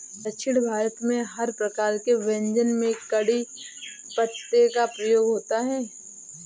दक्षिण भारत में हर प्रकार के व्यंजन में कढ़ी पत्ते का प्रयोग होता है